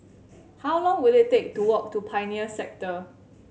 how long will it take to walk to Pioneer Sector